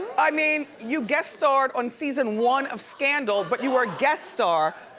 i mean, you guest starred on season one of scandal, but, you were a guest-star,